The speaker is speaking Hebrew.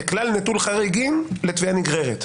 זה כלל נטול חריגים לתביעה נגררת.